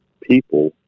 people